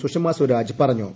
സുഷമാസ്വരാജ് പറഞ്ഞു